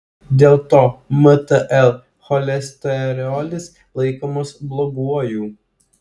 dėl to mtl cholesterolis laikomas bloguoju